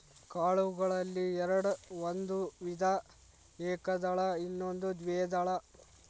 ಕಾಳುಗಳಲ್ಲಿ ಎರ್ಡ್ ಒಂದು ವಿಧ ಏಕದಳ ಇನ್ನೊಂದು ದ್ವೇದಳ